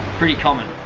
pretty common.